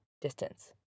distance